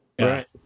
right